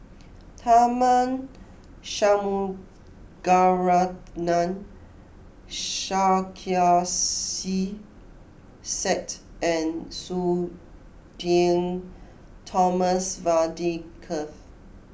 Tharman Shanmugaratnam Sarkasi Said and Sudhir Thomas Vadaketh